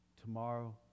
tomorrow